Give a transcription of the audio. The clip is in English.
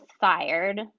fired